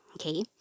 Okay